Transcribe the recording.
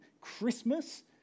Christmas